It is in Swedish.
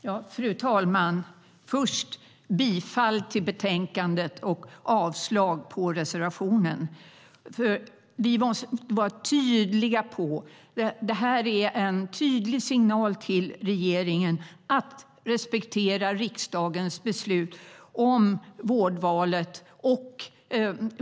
Fru talman! Jag yrkar bifall till förslaget i betänkandet och avslag på reservationen. Vi måste vara tydliga. Det här är en tydlig signal till regeringen att den ska respektera riksdagens beslut om vårdvalet.